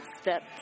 step